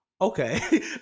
okay